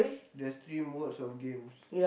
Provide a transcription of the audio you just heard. there's three modes of games